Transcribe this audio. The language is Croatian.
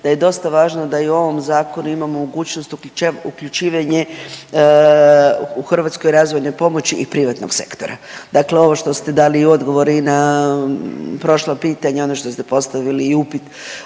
da je dosta važno da i u ovom zakonu imamo mogućnost uključivanje u Hrvatskoj razvojne pomoći i privatnog sektora. Dakle, ovo što ste dali odgovor i na prošla pitanja ono što ste postavili i upit